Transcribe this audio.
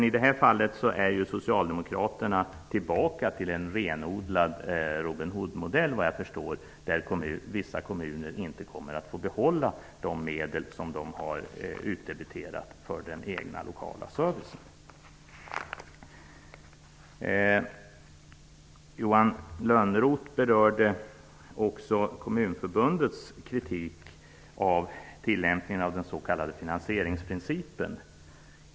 I det här fallet är socialdemokraterna tillbaka i en renodlad Robin Hood-modell, som innebär att vissa kommuner inte får behålla de medel som de har utdebiterat för den egna lokala servicen. Johan Lönnroth berörde också Kommunförbundets kritik av tillämpningen av den s.k. finansieringsprincipen.